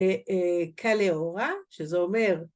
‫כלי אורה, שזה אומר...